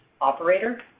Operator